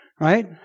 Right